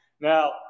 now